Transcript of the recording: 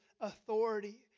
authority